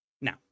Now